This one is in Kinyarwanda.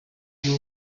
bwo